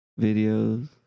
videos